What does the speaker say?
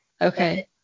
Okay